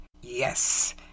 Yes